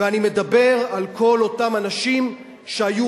ואני מדבר על אנשים שאין להם כסף,